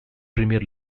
premier